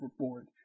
overboard